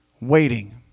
waiting